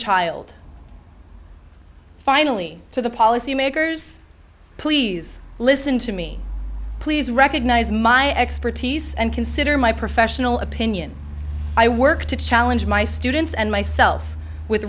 child finally to the policymakers please listen to me please recognize my expertise and consider my professional opinion i work to challenge my students and myself with